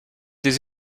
des